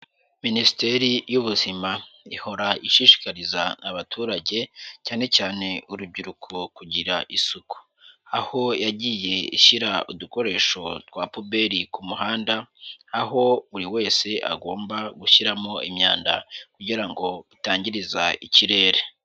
Minisiteri y'ubuzima ihora ishishikariza abaturage, cyane cyane urubyiruko kugira isuku, aho yagiye ishyira udukoresho twa puberi ku muhanda, aho buri wese agomba gushyiramo imyanda kugira ngo bitangiriza ikirere.